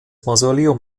mausoleum